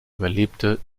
überlebte